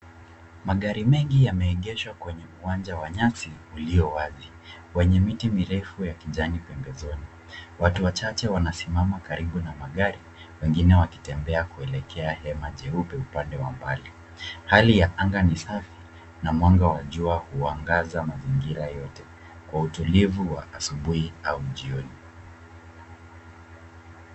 Magari mengi yameegeshwa kwenye uwanja wa nyasi ulio wazi wenye miti mirefu ya kijani pembezoni. Watu wachache wanasimama karibu na magari, wengine wakitembea kuelekea hema jeupe upande wa mbali. Hali ya anga ni safi na mwanga wa jua huangaza mazingira yote, kwa utulivu wa asubuhi au jioni.